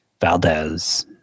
Valdez